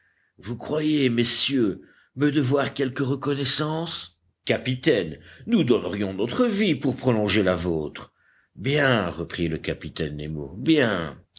vous croyez messieurs me devoir quelque reconnaissance capitaine nous donnerions notre vie pour prolonger la vôtre bien reprit le capitaine nemo bien